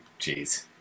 Jeez